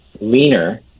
leaner